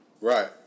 Right